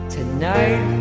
Tonight